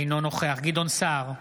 אינו נוכח גדעון סער,